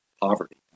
poverty